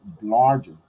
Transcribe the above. larger